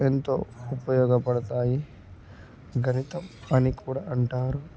ఎంతో ఉపయోగపడతాయి గణితం అని కూడా అంటారు